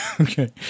Okay